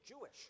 Jewish